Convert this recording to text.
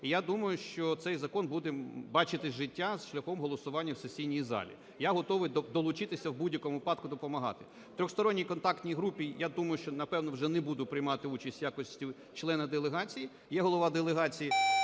я думаю, що цей закон буде бачити життя шляхом голосування в сесійній залі. Я готовий долучитися, в будь-якому випадку допомагати. У Трьохсторонній контактній групі, я думаю, що, напевно, вже не буду приймати участі у якості члена делегації. Є голова делегації